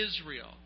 Israel